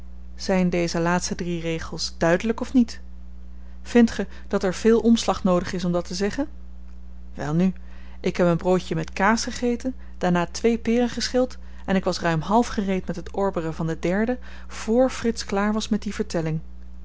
zyn deze laatste drie regels duidelyk of niet vindt ge dat er veel omslag noodig is om dat te zeggen welnu ik heb een broodje met kaas gegeten daarna twee peren geschild en ik was ruim half gereed met het orberen van de derde voor frits klaar was met die vertelling